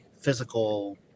physical